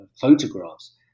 photographs